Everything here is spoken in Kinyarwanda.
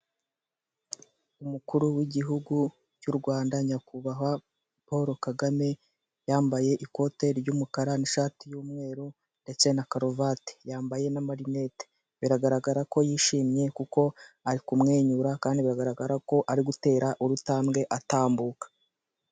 Umukuru w'igihugu cy'u Rwanda, Nyakubahwa Paul Kagame, yambaye ikote ry'umukara n'ishati y'umweru ndetse na karuvati. Yambaye n'amarinete. Biragaragara ko yishimye kuko ari kumwenyura, kandi biragaragara ko ari gutera urutambwe atambuka.